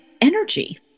energy